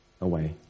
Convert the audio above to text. away